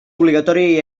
obligatòria